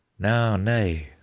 now nay,